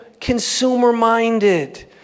consumer-minded